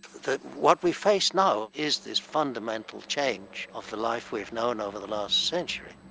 that what we face now is this fundamental change of the life we've known over the last century.